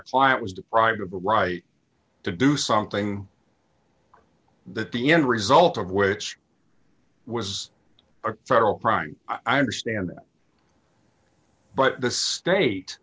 client was deprived of the right to do something that the end result of which was a federal crime i understand but this state